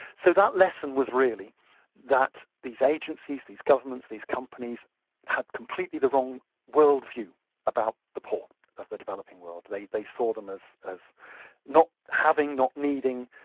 so that lesson was really that these agencies, these governments, these companies had completely the wrong world view about the poor of the developing world. they they saw them as as not having, not needing,